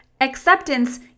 Acceptance